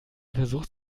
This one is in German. versucht